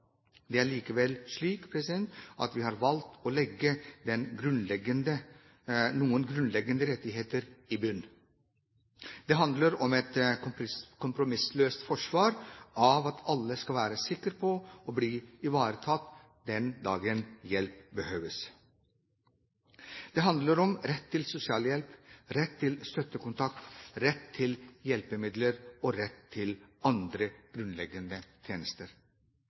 Det er likevel slik at vi har valgt å legge noen grunnleggende rettigheter i bunnen. Det handler om et kompromissløst forsvar av at alle skal være sikre på å bli ivaretatt den dagen hjelp behøves. Det handler om rett til sosialhjelp, rett til støttekontakt, rett til hjelpemidler og rett til andre grunnleggende tjenester.